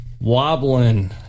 wobbling